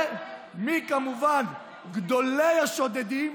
ומי, כמובן, גדולי השודדים?